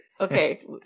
Okay